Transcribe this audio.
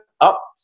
up